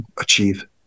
achieve